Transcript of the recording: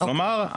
כלומר,